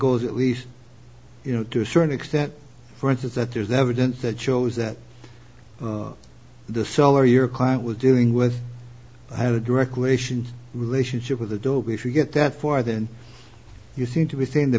goes at least you know to a certain extent for instance that there's evidence that shows that the seller your client was dealing with had a direct relation relationship with adobe if you get that far than you seem to be thin the